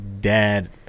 dad